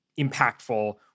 impactful